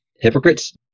Hypocrites